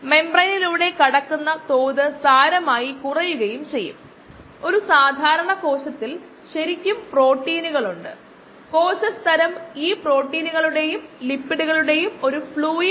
ഈ പ്രഭാഷണത്തിൽ നമുക്ക് ആ പ്രോബ്ലം നമുക്ക് പരിഹരിക്കാം